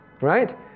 Right